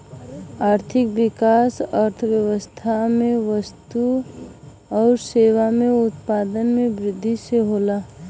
आर्थिक विकास अर्थव्यवस्था में वस्तु आउर सेवा के उत्पादन में वृद्धि से हौ